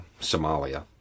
Somalia